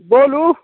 बोलू